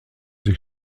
sie